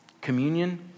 communion